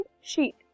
sheet